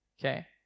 Okay